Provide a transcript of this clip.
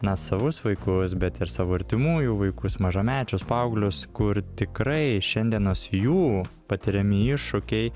na savus vaikus bet ir savo artimųjų vaikus mažamečius paauglius kur tikrai šiandienos jų patiriami iššūkiai